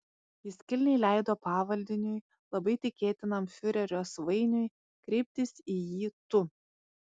jis kilniai leido pavaldiniui labai tikėtinam fiurerio svainiui kreiptis į jį tu